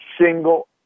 single